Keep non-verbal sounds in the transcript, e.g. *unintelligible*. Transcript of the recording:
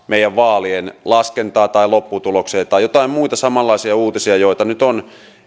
*unintelligible* meidän vaalien laskentaan tai lopputulokseen tai joitain muita samanlaisia uutisia joita nyt on